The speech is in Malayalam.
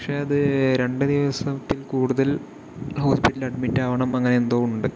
പക്ഷെ അത് രണ്ട് ദിവസത്തിൽ കൂടുതൽ ഹോസ്പിറ്റലിൽ അഡ്മിറ്റാകണം അങ്ങനെ എന്തോ ഉണ്ട്